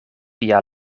via